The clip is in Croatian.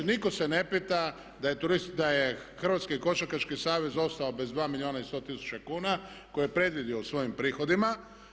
Nitko se ne pita da je Hrvatski košarkaši savez ostao bez 2 milijuna i 100 tisuća kuna koje je predvidio u svojim prihodima.